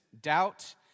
doubt